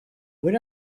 when